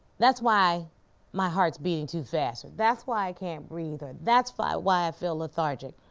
that's why my heart's beating too fast or that's why i can't breathe or that's why why i feel lethargic.